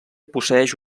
posseïx